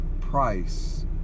price